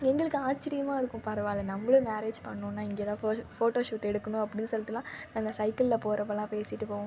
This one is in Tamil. எங்களுக்கு ஆச்சரியமா இருக்கும் பரவாயில்ல நம்பளும் மேரேஜ் பண்ணிணோனா இங்கே தான் ஃபோ போட்டோஷூட் எடுக்கணும் அப்படினு சொல்லிட்டெலாம் அந்த சைக்கிளில் போகிறப்பலாம் பேசிகிட்டு போவோம்